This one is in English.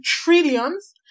trillions